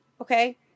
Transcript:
okay